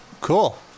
Cool